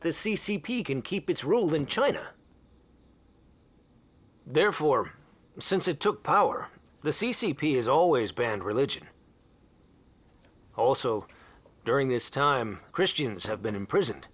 the c c p can keep its rule in china therefore since it took power the c c p has always been religion also during this time christians have been imprison